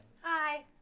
Hi